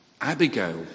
Abigail